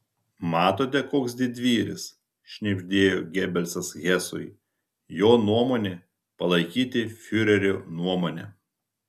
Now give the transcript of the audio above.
matote koks didvyris šnibždėjo gebelsas hesui jo nuomonė palaikyti fiurerio nuomonę